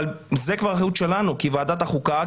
אבל זה כבר אחריות שלנו כוועדת החוקה,